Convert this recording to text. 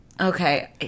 Okay